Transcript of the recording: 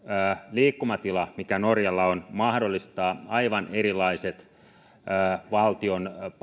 liikkumatila mikä norjalla on mahdollistaa aivan erilaiset valtion panokset